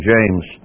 James